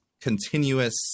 continuous